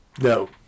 No